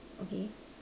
okay